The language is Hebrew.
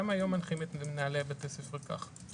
גם היום מנחים את מנהלי בתי הספר כך.